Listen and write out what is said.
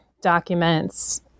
documents